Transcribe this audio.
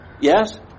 yes